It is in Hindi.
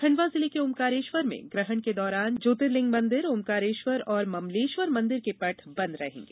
खंडवा जिले के ओंकारेश्वर में ग्रहण के दौरान ज्योर्तिलिंग मंदिर ओंकारेश्वर और ममलेश्वर मंदिर के पट बंद रहेंगे